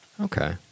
Okay